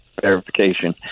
verification